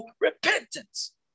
repentance